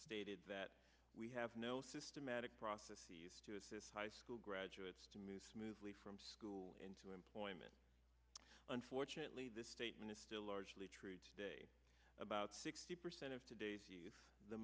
stated that we have no systematic process he used to assist high school graduates to move smoothly from school into employment unfortunately this statement is still largely true today about sixty percent of today's youth the